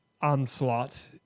onslaught